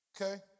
Okay